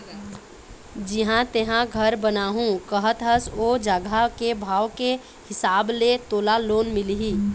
जिहाँ तेंहा घर बनाहूँ कहत हस ओ जघा के भाव के हिसाब ले तोला लोन मिलही